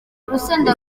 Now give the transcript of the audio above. urusenda